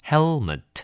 Helmet